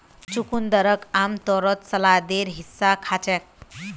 चुकंदरक आमतौरत सलादेर हिस्सा खा छेक